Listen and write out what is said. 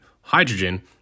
hydrogen